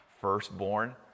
firstborn